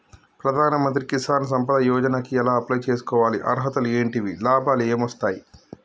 ప్రధాన మంత్రి కిసాన్ సంపద యోజన కి ఎలా అప్లయ్ చేసుకోవాలి? అర్హతలు ఏంటివి? లాభాలు ఏమొస్తాయి?